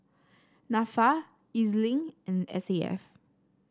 NAFA EZ Link and S A F